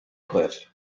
cliff